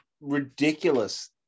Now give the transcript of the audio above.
ridiculous